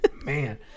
Man